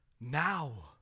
now